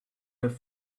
have